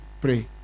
Pray